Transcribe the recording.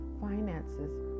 finances